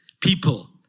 people